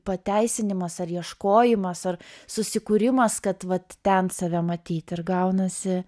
pateisinimas ar ieškojimas ar susikūrimas kad vat ten save matyt ir gaunasi